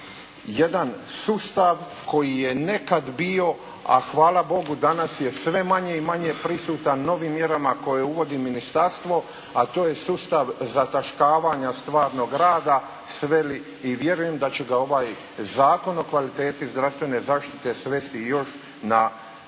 jedan sustav koji je nekad bio, a hvala Bogu danas je sve manje i manje prisutan novim mjerama koje uvodi ministarstvo, a to je sustav zataškavanja stvarnog rada sveli i vjerujem da će ga ovaj Zakon o kvaliteti zdravstvene zaštite svesti još na